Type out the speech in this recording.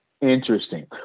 Interesting